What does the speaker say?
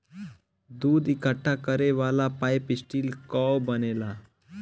दूध इकट्ठा करे वाला पाइप स्टील कअ बनेला